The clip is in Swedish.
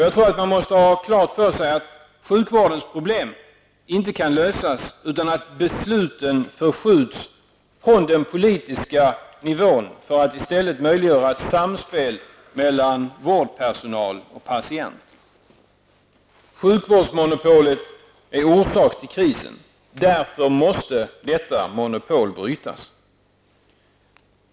Jag tror att man måste ha klart för sig att sjukvårdens problem inte kan lösas utan att besluten förskjuts från den politiska nivån, för att i stället möjliggöra ett samspel mellan vårdpersonal och patient. Sjukvårdsmonopolet är orsak till krisen. Därför måste detta monopol brytas.